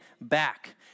back